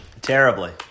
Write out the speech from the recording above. Terribly